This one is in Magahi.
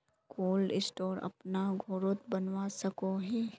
कोल्ड स्टोर अपना घोरोत बनवा सकोहो ही?